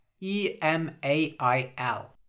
E-M-A-I-L